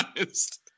honest